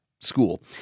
School